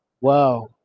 Wow